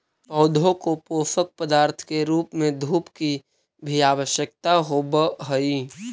पौधों को पोषक पदार्थ के रूप में धूप की भी आवश्यकता होवअ हई